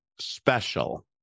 special